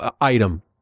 item